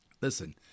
Listen